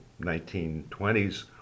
1920s